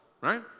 right